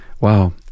Wow